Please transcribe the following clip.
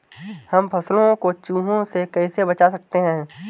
हम फसलों को चूहों से कैसे बचा सकते हैं?